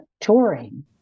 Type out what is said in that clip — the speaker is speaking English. touring